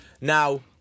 Now